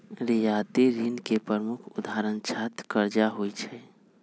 रियायती ऋण के प्रमुख उदाहरण छात्र करजा होइ छइ